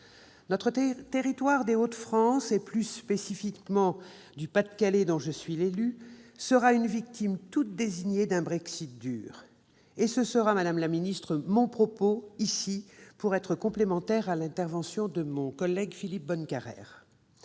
Notre territoire des Hauts-de-France, et plus spécifiquement le Pas-de-Calais, dont je suis l'élue, sera la victime toute désignée d'un Brexit dur. C'est sur cet enjeu que je centrerai mon propos, en complément de l'intervention de mon collègue Philippe Bonnecarrère.